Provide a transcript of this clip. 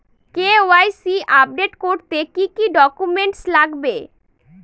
KYC update করতে কি কি ডকুমেন্টস লাগবে?